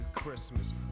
Christmas